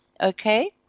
Okay